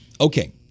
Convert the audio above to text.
Okay